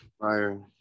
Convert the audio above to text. Fire